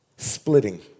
splitting